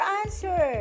answer